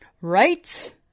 Right